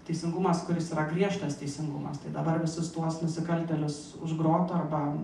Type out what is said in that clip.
teisingumas kuris yra griežtas teisingumas tai dabar visus tuos nusikaltėlius už grotų arba